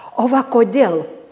o va kodėl